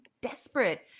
desperate